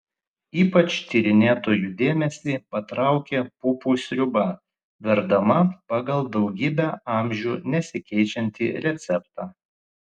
ypač tyrinėtojų dėmesį patraukė pupų sriuba verdama pagal daugybę amžių nesikeičiantį receptą